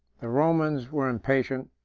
the romans were impatient,